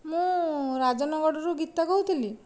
ମୁଁ ରାଜନଗରରୁ ଗୀତା କହୁଥିଲି